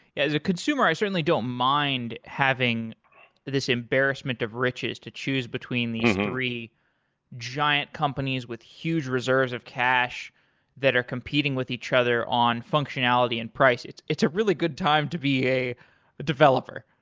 as a consumer, i certainly don't mind having this embarrassment of riches to choose between the three giant companies with huge reserves of cash that are competing with each other on functionality and price. it's it's a really good time to be a developer.